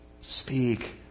speak